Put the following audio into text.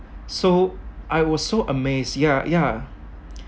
so I was so amazed ya ya